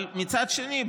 אבל מצד שני,